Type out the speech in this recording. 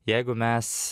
jeigu mes